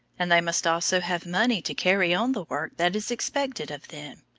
and they must also have money to carry on the work that is expected of them.